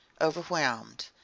overwhelmed